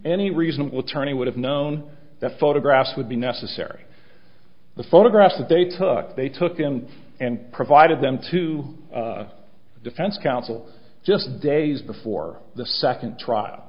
any reasonable turning would have known that photographs would be necessary the photographs that they took they took him and provided them to the defense counsel just days before the second trial